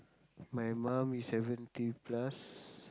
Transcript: my mum is seventy plus